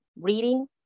reading